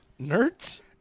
Nerds